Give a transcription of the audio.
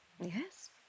Yes